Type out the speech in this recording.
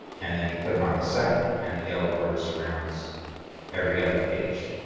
and then you click on the second and the yellow border surrounds every other page.